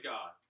God